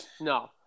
No